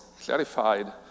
clarified